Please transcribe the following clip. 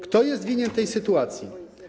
Kto jest winien tej sytuacji?